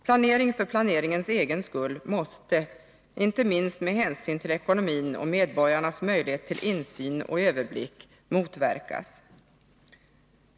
Planering för planeringens egen skull måste — inte minst med hänsyn till ekonomin och medborgarnas möjlighet till insyn och överblick — motverkas.